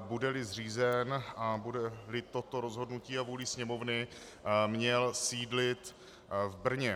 budeli zřízen a budeli toto rozhodnutím a vůlí Sněmovny, měl sídlit v Brně.